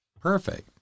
Perfect